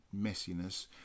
messiness